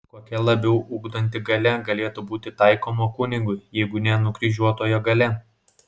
kokia labiau ugdanti galia galėtų būti taikoma kunigui jeigu ne nukryžiuotojo galia